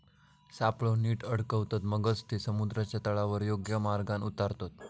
सापळो नीट अडकवतत, मगच ते समुद्राच्या तळावर योग्य मार्गान उतारतत